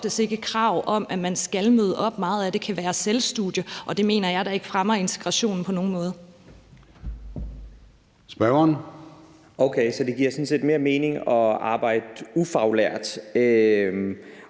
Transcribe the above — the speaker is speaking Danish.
oftest ikke krav om, at man skal møde op. Meget af det kan være selvstudie, og det mener jeg da ikke fremmer integrationen